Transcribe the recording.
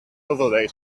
overlay